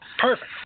Perfect